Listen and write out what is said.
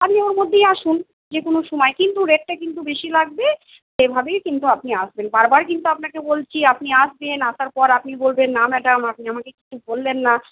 আপনি ওর মধ্যেই আসুন যে কোনো সময়ে কিন্তু রেটটা কিন্তু বেশি লাগবে সেভাবেই কিন্তু আপনি আসবেন বারবার কিন্তু আপনাকে বলছি আপনি আসবেন আসার পর আপনি বলবেন না ম্যাডাম আপনি আমাকে কিছু বললেন না